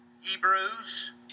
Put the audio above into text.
Hebrews